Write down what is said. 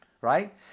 right